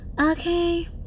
Okay